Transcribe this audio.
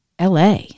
LA